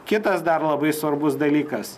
kitas dar labai svarbus dalykas